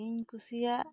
ᱤᱧ ᱠᱩᱥᱤᱭᱟᱜ